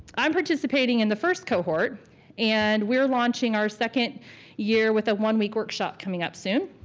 i'm participating in the first cohort and we're launching our second year with a one-week workshop coming up soon.